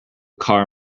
car